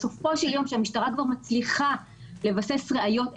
בסופו של יום כשהמשטרה כבר מצליחה לבסס ראיות,